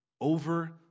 over